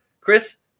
Chris